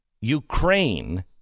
Ukraine